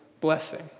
blessing